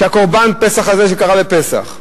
שקורבן פסח הזה שקרה בפסח,